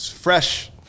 fresh